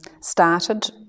started